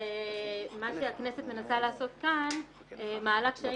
מה שהכנסת מנסה לעשות כאן מעלה קשיים,